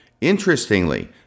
Interestingly